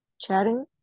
chatting